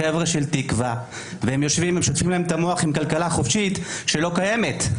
תקווה ששוטפים להם את המוח על כלכלה חופשית שלא קיימת.